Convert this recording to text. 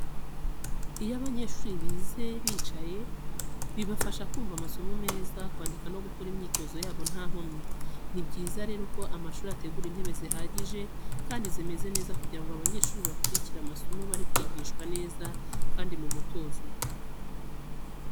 Iyo abanyeshuri bize bicaye, bibafasha kumva amasomo neza, kwandika no gukora imyitozo yabo nta nkomyi. Ni byiza rero ko amashuri ategura intebe zihagije, kandi zimeze neza kugira ngo abanyeshuri bakurikire amasomo bari kwigishwa neza kandi mu mutuzo.